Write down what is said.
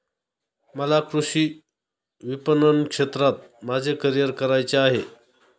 मला कृषी विपणन क्षेत्रात माझे करिअर करायचे आहे